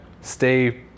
stay